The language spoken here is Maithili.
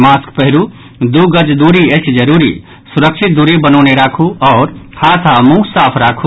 मास्क पहिरू दू गज दूरी अछि जरूरी सुरक्षित दूरी बनौने राखू आओर हाथ आ मुंह साफ राखू